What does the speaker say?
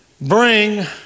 bring